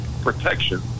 protection